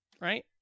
Right